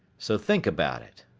so think about it.